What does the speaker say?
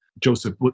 Joseph